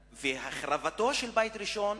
החרבתם של בית ראשון